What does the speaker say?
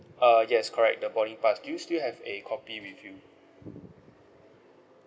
uh yes correct the boarding pass do you still have a copy with you